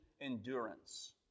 endurance